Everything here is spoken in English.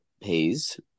pays